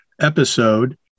episode